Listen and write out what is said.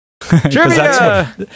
Trivia